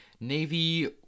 Navy